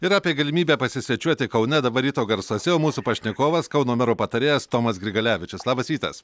ir apie galimybę pasisvečiuoti kaune dabar ryto garsuose o mūsų pašnekovas kauno mero patarėjas tomas grigalevičius labas rytas